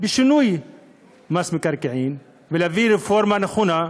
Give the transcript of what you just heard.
בשינוי מס מקרקעין ויביאו רפורמה נכונה,